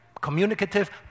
communicative